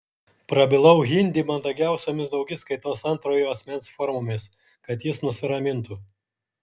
prabilau hindi mandagiausiomis daugiskaitos antrojo asmens formomis kad jis nusiramintų